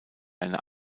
eine